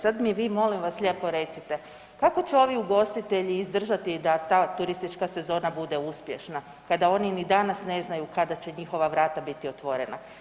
Sad mi vi molim vas lijepo recite kako će ovi ugostitelji izdržati da ta turistička sezona bude uspješna kada oni ni danas ne znaju kada će njihova vrata biti otvorena?